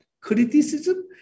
criticism